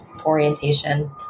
orientation